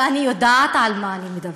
ואני יודעת על מה אני מדברת.